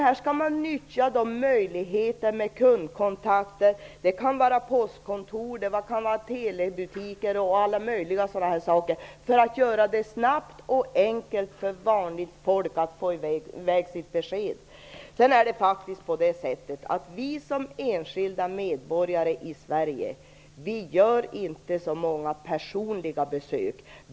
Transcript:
Här skall man nyttja de möjligheter till kundkontakter som finns - det kan vara postkontor, telebutiker och liknande - för att göra det snabbt och enkelt för vanligt folk att få i väg sitt besked. Som enskilda medborgare i Sverige gör vi inte så många personliga besök.